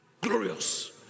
Glorious